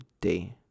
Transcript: day